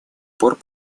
пор